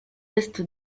est